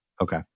Okay